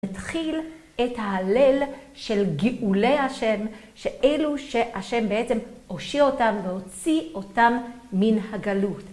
ומתחיל את ההלל של גאולי ה' שאלו שה' בעצם הושיע אותם והוציא אותם מן הגלות.